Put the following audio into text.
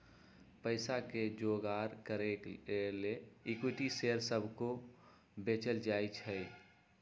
पईसा के जोगार करे के लेल इक्विटी शेयर सभके को बेचल जाइ छइ